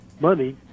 money